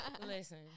Listen